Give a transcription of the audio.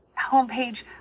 homepage